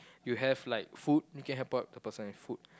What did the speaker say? you have like food you can help out the person with food